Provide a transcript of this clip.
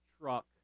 truck